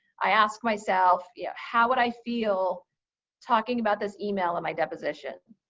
i ask myself, yeah how would i feel talking about this email in my deposition?